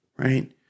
Right